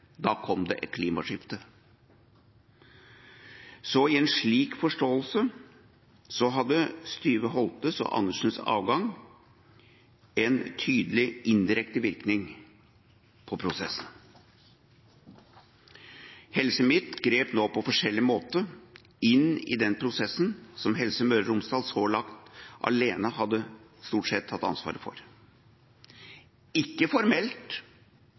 Da kom det et klimaskifte. I en slik forståelse hadde Styve Holtes og Andersens avgang en tydelig, indirekte virkning på prosessene. Helse Midt grep nå på forskjellige måter inn i den prosessen som Helse Møre og Romsdal så langt stort sett alene hadde hatt ansvaret for – ikke formelt,